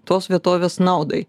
tos vietovės naudai